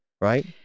Right